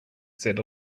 said